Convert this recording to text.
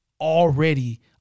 already